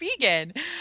vegan